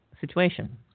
situation